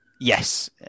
Yes